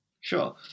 Sure